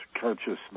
Consciousness